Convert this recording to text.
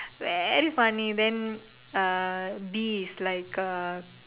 very funny then ah B is like uh